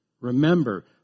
Remember